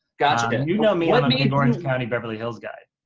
gotcha. but and you know me. i'm an orange county beverly hills guy.